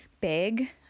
big